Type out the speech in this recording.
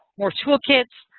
more toolkits,